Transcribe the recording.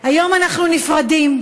היום אנחנו נפרדים,